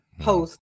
post